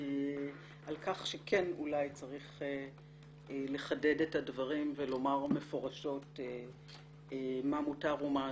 על כך שכן אולי צריך לחדד את הדברים ולומר מפורשות מה מותר ומה אסור.